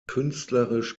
künstlerisch